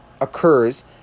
occurs